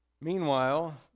meanwhile